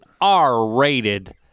R-rated